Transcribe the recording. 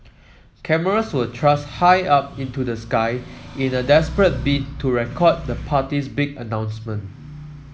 cameras were thrust high up into the sky in a desperate bid to record the party's big announcement